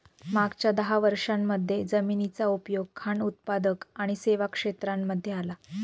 मागच्या दहा वर्षांमध्ये जमिनीचा उपयोग खान उत्पादक आणि सेवा क्षेत्रांमध्ये आला